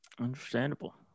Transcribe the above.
Understandable